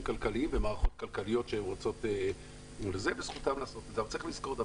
כלכליים ומערכות כלכליות וזכותן לעשות את זה.